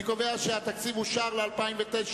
אני קובע שהתקציב אושר ל-2009.